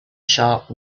sharp